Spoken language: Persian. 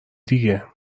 دیگه